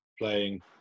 playing